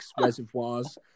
reservoirs